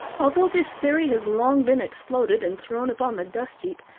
although this theory has long been exploded, and thrown upon the dustheap,